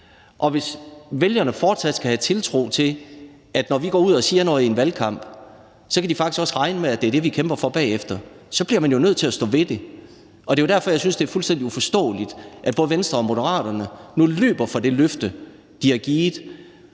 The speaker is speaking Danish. Og hvis vælgerne fortsat skal have tiltro til, at de kan regne med, at når vi går ud og siger noget i en valgkamp, er det faktisk også det, vi kæmper for bagefter, så bliver man jo nødt til at stå ved det. Det er derfor, jeg synes, det er fuldstændig uforståeligt, at både Venstre og Moderaterne nu løber fra det løfte, de har givet.